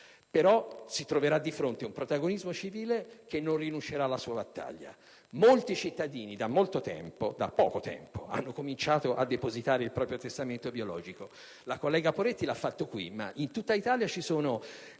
però si troverà di fronte un protagonismo civile che non rinuncerà alla sua battaglia. Molti cittadini da poco tempo hanno cominciato a depositare il proprio testamento biologico. La collega Poretti l'ha fatto qui, ma in tutta Italia ci sono